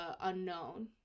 unknown